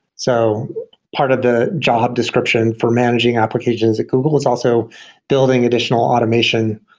so part of the job description for managing applications at google is also building additional automation,